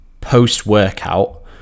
post-workout